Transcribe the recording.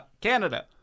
Canada